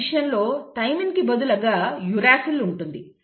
RNA విషయంలో థైమిన్కు బదులుగా యురేసిల్ ఉంటుంది